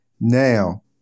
now